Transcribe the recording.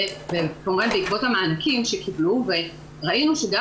זה קורה בעקבות המענקים שקיבלו וראינו שגם